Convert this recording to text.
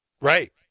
Right